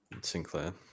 Sinclair